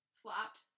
slapped